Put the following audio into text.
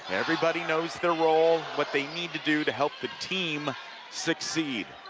everybody knows their role, what they need to do to help the team succeed